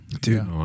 Dude